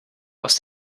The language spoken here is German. aus